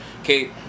Okay